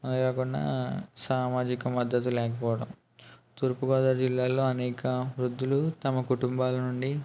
అంతేకాకుండా సామాజిక మద్దతు లేకపోవడం తూర్పుగోదావరి జిల్లాలో అనేక వృద్ధులు తమ కుటుంబాల నుండి